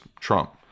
Trump